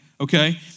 okay